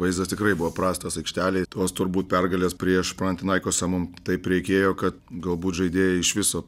vaizdas tikrai buvo prastas aikštelėj tos turbūt pergalės prieš panatinaikosą mum taip reikėjo kad galbūt žaidėjai iš viso